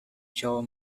joe